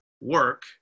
work